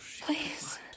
please